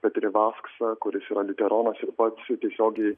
peterį vasksą kuris yra liuteronas ir pats tiesiogiai